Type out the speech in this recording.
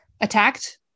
attacked